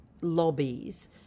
lobbies